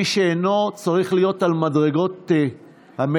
מי שאינו צריך להיות על מדרגות המליאה,